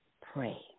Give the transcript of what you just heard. pray